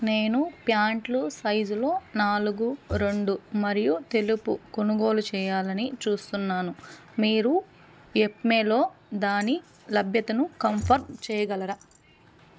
నేను ప్యాంట్లు సైజులో నాలుగు రెండు మరియు తెలుపు కొనుగోలు చేయాలని చూస్తున్నాను మీరు యెప్మేలో దాని లభ్యతను కంఫర్మ్ చేయగలరా